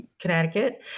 Connecticut